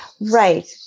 Right